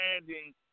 understanding